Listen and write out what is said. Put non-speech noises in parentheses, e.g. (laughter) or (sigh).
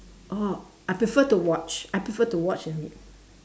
oh I prefer to watch I prefer to watch it (breath)